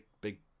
big